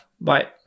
Bye